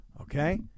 Okay